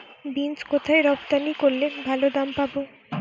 Beans কোথায় রপ্তানি করলে ভালো দাম পাব?